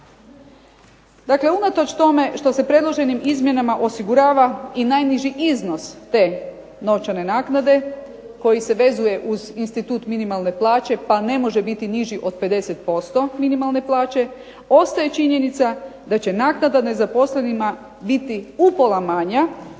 Dakle unatoč tome što se predloženim izmjenama osigurava i najniži iznos te novčane naknade, koji se vezuje uz institut minimalne plaće, pa ne može biti niži od 50% minimalne plaće, ostaje činjenica da će naknada nezaposlenima biti upola manja,